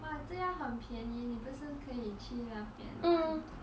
!wah! 这样很便宜你不是可以去那边玩